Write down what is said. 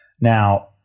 now